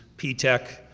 p tech,